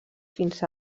fins